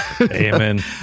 Amen